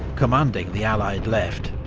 commanding the allied left,